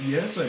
Yes